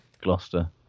Gloucester